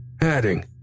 adding